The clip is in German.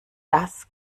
das